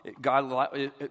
God